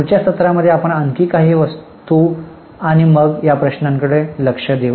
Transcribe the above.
पुढच्या सत्रामध्ये आपण आणखी काही वस्तू घेऊ आणि मग या प्रश्नांकडे लक्ष देऊ